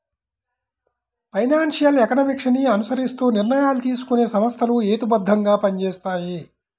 financial economics ని అనుసరిస్తూ నిర్ణయాలు తీసుకునే సంస్థలు హేతుబద్ధంగా పనిచేస్తాయి